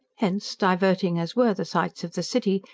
hence, diverting as were the sights of the city,